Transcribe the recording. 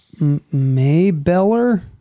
Maybeller